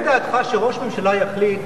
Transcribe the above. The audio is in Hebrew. עולה בדעתך שראש ממשלה יחליט,